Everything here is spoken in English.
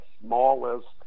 smallest